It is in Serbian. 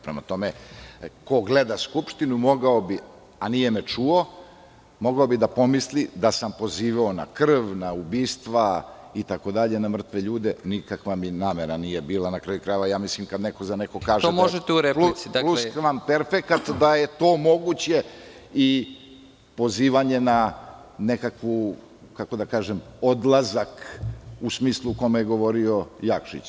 Prema tome, ko gleda Skupštinu mogao bi, a nije me čuo, da pomisli da sam pozivao na krv, na ubistva itd, na mrtve ljude, nikakva mi namera nije bila, na kraju krajeva, ja mislim kada neko za nekoga kaže … (Predsednik: To možete u replici.) … plus van perfekat, da je to moguće i pozivanje na nekakav odlazak u smislu u kojem je govorio Jakšić.